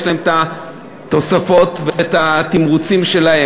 יש להם התוספות והתמרוצים שלהם.